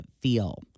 feel